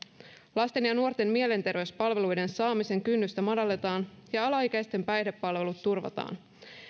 lasten ja nuorten mielenterveyspalveluiden saamisen kynnystä madalletaan ja alaikäisten päihdepalvelut turvataan